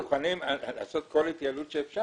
אנחנו מוכנים לעשות כל התייעלות שאפשר